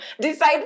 Decide